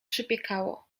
przypiekało